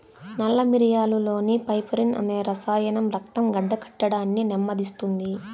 నల్ల మిరియాలులోని పైపెరిన్ అనే రసాయనం రక్తం గడ్డకట్టడాన్ని నెమ్మదిస్తుంది